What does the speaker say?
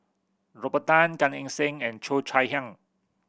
Robert Tan Gan Eng Seng and Cheo Chai Hiang